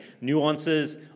nuances